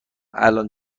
الان